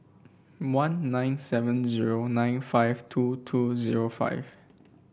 one nine seven zero nine five two two zero five